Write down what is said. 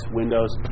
windows